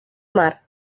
mar